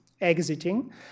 exiting